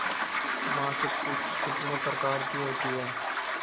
मासिक किश्त कितने प्रकार की होती है?